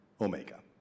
Omega